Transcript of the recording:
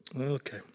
Okay